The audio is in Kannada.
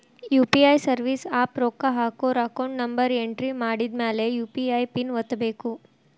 ಯು.ಪಿ.ಐ ಸರ್ವಿಸ್ ಆಪ್ ರೊಕ್ಕ ಹಾಕೋರ್ ಅಕೌಂಟ್ ನಂಬರ್ ಎಂಟ್ರಿ ಮಾಡಿದ್ಮ್ಯಾಲೆ ಯು.ಪಿ.ಐ ಪಿನ್ ಒತ್ತಬೇಕು